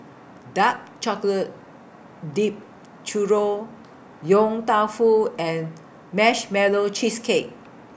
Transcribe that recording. Dark Chocolate Dipped Churro Yong Tau Foo and Marshmallow Cheesecake